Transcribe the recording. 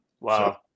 Wow